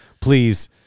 please